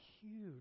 huge